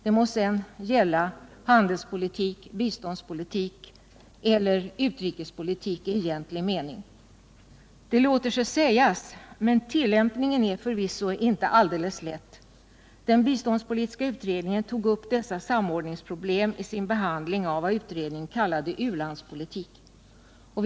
Det må sedan gälla handelspolitik, biståndspolitik eller utrikespolitik i egentlig mening. Detta låter sig sägas, men tillämpningen är förvisso inte alldeles lätt. Den biståndspolitiska utredningen tog upp dessa samordningsproblem i sin behandling av vad utredningen kallade u-landspolitiken.